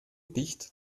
dicht